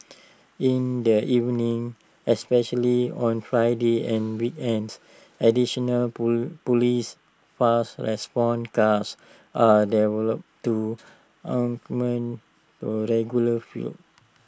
in their evenings especially on Fridays and weekends additional Police fast response cars are deployed to augment the regular